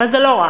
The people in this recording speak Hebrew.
אבל זה לא רק.